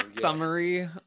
summary